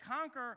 conquer